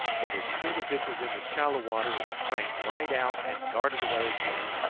but as soon as it was in the shallow water it sprang right out and darted away again,